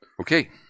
Okay